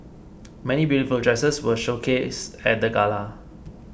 many beautiful dresses were showcased at the gala